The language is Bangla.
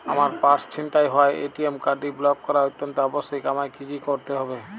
আমার পার্স ছিনতাই হওয়ায় এ.টি.এম কার্ডটি ব্লক করা অত্যন্ত আবশ্যিক আমায় কী কী করতে হবে?